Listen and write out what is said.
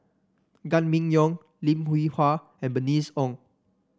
Gan Kim Yong Lim Hwee Hua and Bernice Ong